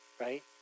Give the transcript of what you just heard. right